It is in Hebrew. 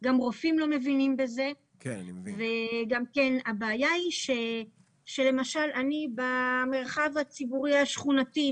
כן, כבדי שמיעה, אני חושב שהתכוונת.